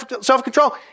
self-control